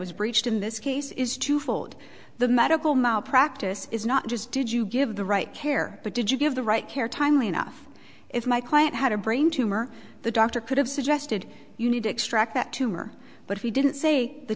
was breached in this case is twofold the medical malpractise is not just did you give the right care but did you give the right care timely enough if my client had a brain tumor the doctor could have suggested you need to extract that tumor but he didn't say the